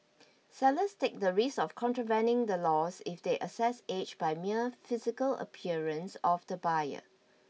sellers take the risk of contravening the laws if they assess age by mere physical appearance of the buyer